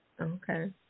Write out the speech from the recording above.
okay